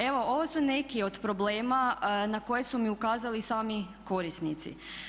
Evo, ovo su neki od problema na koje su mi ukazali sami korisnici.